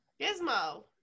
Gizmo